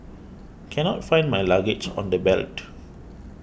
cannot find my luggage on the belt